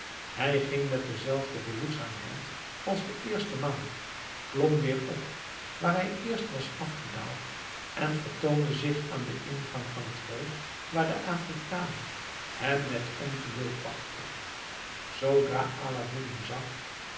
hij ging met dezelfde behoedzaamheid als de eerste maal klom weer op waar hij eerst was afgedaald en vertoonde zich aan den ingang van het hol waar de afrikaan hem met ongeduld wachtte zoodra aladdin hem zag